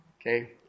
Okay